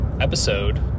episode